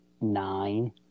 nine